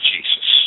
Jesus